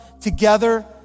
together